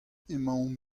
emaomp